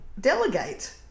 delegate